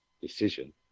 decision